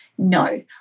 No